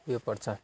उयो पर्छ